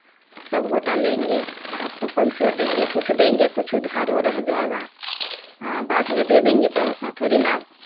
सब गोटा लेंगे आपको पैसो देंगे कुछ देंगे कुछ उधारो रह जाएगा हम बाद में दे देंगे पैसा थोड़ी न